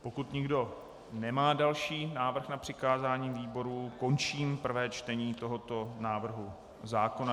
Pokud nikdo nemá další návrh na přikázání výborům, končím prvé čtení tohoto návrhu zákona.